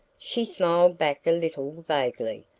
she smiled back a little vaguely,